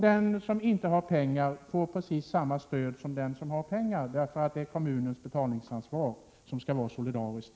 Den som inte har pengar får också precis samma stöd som den som har pengar, därför att kommunens betalningsansvar skall vara solidariskt.